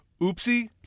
Oopsie